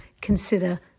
consider